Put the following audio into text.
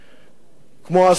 כמו הסוחר בשוק,